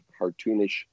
cartoonish